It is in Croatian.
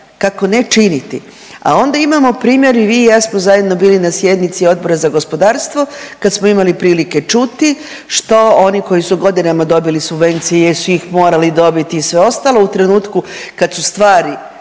kako ne činiti. A onda imamo primjer i vi i ja smo zajedno bili na sjednici Odbora za gospodarstvo kada smo imali prilike čuti što oni koji su godinama dobili subvencije jer su ih morali dobiti i sve ostalo u trenutku kada su stvari